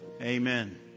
Amen